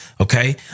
okay